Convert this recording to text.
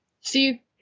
See